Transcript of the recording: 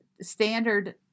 standard